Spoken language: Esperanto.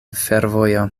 fervojo